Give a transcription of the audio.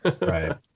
Right